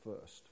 first